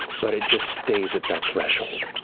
but it just stays at that threshold,